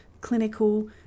clinical